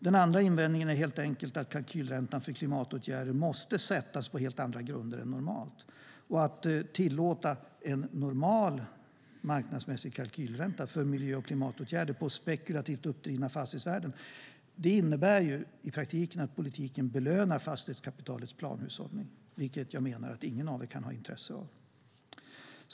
Den andra invändningen är helt enkelt att kalkylräntan för klimatåtgärder måste sättas på helt andra grunder än normalt. Att tillåta en normal, marknadsmässig kalkylränta för miljö och klimatåtgärder på spekulativt uppdrivna fastighetsvärden innebär att politiken belönar fastighetskapitalets planhushållning, vilket jag menar att ingen kan ha intresse av.